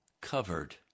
covered